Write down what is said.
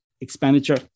expenditure